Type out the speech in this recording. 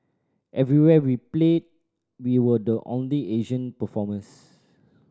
everywhere we played we were the only Asian performers